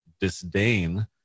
disdain